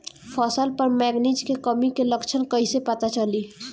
फसल पर मैगनीज के कमी के लक्षण कइसे पता चली?